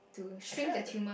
actually i tho~